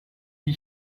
die